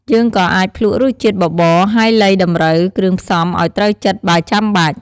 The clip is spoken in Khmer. យើងក៏អាចភ្លក្សរសជាតិបបរ ហើយលៃតម្រូវគ្រឿងផ្សំឱ្យត្រូវចិត្ត បើចាំបាច់។